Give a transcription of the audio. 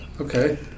Okay